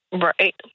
Right